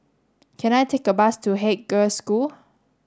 can I take a bus to Haig Girls' School